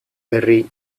herri